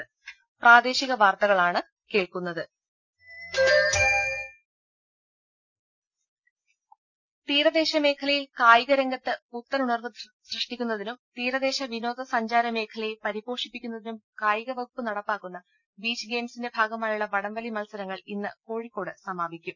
രുമ തീരദേശ മേഖലയിൽ കായിക രംഗത്ത് പുത്തനുണർവ് സൃഷ്ടിക്കുന്നതിനും തീരദേശ വിനോദ സഞ്ചാര മേഖലയെ പരിപോഷിപ്പിക്കുന്നതിനും കായികവകുപ്പ് നടപ്പാക്കുന്ന ബീച്ച് ഗെയിംസിന്റെ ഭാഗമായുള്ള വടം വലി മത്സരങ്ങൾ ഇന്ന് കോഴിക്കോട് സമാപിക്കും